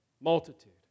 multitude